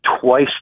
twice